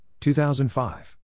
2005